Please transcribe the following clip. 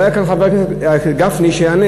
לא היה כאן חבר הכנסת גפני שיענה,